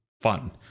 fun